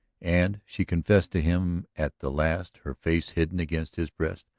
and, she confessed to him at the last, her face hidden against his breast,